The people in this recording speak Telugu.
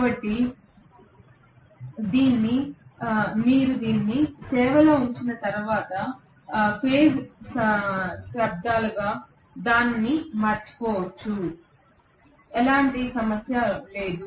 కాబట్టి మీరు దీన్ని సేవలో ఉంచిన తర్వాత ఫేజ్ాబ్దాలుగా దాని గురించి మరచిపోవచ్చు ఎటువంటి సమస్య లేదు